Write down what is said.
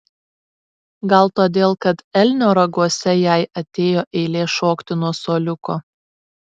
gal todėl kad elnio raguose jai atėjo eilė šokti nuo suoliuko